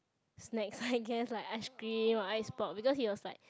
snacks I guess like ice cream or ice pop because he was like